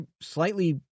slightly –